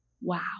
Wow